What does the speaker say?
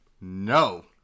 No